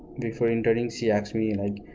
before entering she asked me and like